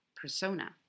persona